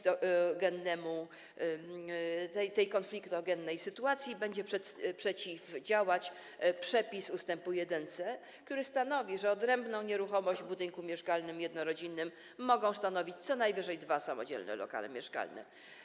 Tej konfliktogennej sytuacji będzie przeciwdziałać przepis ust. 1c, który stanowi, że odrębną nieruchomość w budynku mieszkalnym jednorodzinnym mogą stanowić co najwyżej dwa samodzielne lokale mieszkalne.